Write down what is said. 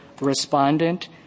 respondent